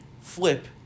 flip